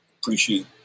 appreciate